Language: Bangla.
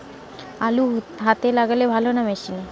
আলু হাতে লাগালে ভালো না মেশিনে?